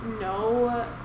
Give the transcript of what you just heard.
no